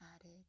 added